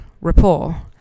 rapport